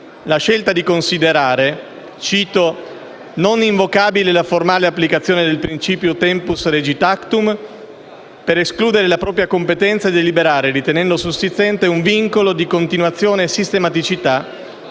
la scelta di considerare «non invocabile la formale applicazione del principio *tempus regit actum*» per escludere la propria competenza a deliberare, ritenendo sussistente un «vincolo di continuazione e di sistematicità»